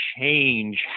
change